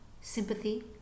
sympathy